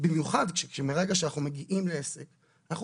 במיוחד שמרגע שאנחנו מגיעים לעסק אנחנו